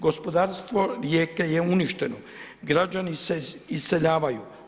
Gospodarstvo Rijeke je uništeno, građani se iseljavaju.